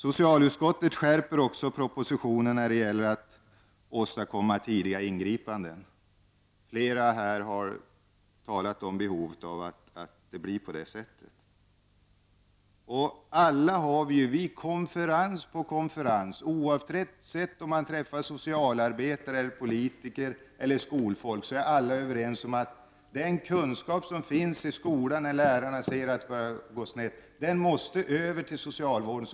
Socialutskottet vill också ha en skärpning av propositionen när det gäller att åstadkomma tidiga ingripanden. Flera här har talat om behovet av att så sker. Alla är vi ju på konferens efter konferens — oavsett om vi träffar socialarbetare, politiker eller skolfolk — överens om att den kunskap som finns i skolan i och med att lärarna talar om att det går snett för någon måste föras över till socialvården.